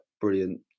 brilliant